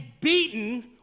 beaten